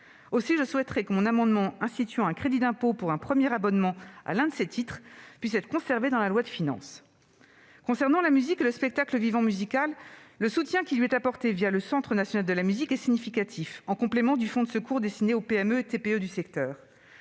Aussi, je souhaiterais que mon amendement instituant un crédit d'impôt pour un premier abonnement à l'un de ces titres puisse être conservé dans la loi de finances. Concernant la musique et le spectacle vivant musical, le soutien qui lui est apporté le Centre national de la musique est significatif, en complément du fonds de secours destiné aux PME et TPE du secteur.